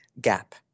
Gap